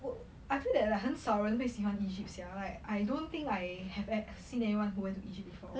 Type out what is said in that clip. would I feel that like 很少人会喜欢 egypt sia like I don't think I have ever seen anyone who went to egypt before